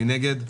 מי נגד?